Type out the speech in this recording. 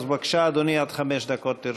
אז בבקשה, אדוני, עד חמש דקות לרשותך.